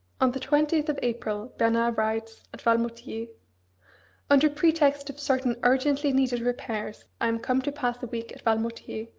on the twentieth of april bernard writes, at valmoutiers under pretext of certain urgently needed repairs i am come to pass a week at valmoutiers,